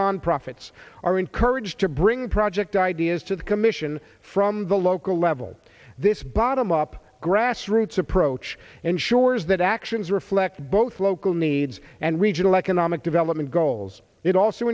non profits are encouraged to bring project ideas to the commission from the local level this bottom up grassroots approach ensures that actions reflect both local needs and regional economic to element goals it also